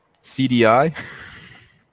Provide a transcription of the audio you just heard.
CDI